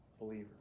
believer